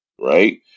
right